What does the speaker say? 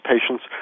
patients